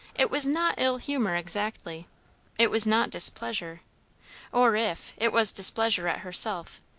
it was not ill-humour exactly it was not displeasure or if, it was displeasure at herself,